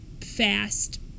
fast